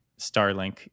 Starlink